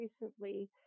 recently